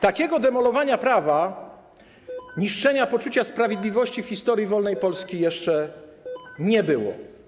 Takiego demolowania prawa, niszczenia poczucia sprawiedliwości w historii wolnej Polski jeszcze nie było.